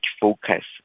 focus